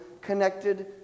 connected